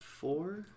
Four